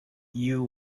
you